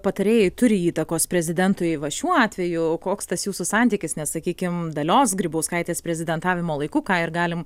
patarėjai turi įtakos prezidentui va šiuo atveju koks tas jūsų santykis nes sakykim dalios grybauskaitės prezidentavimo laiku ką ir galim